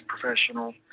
professional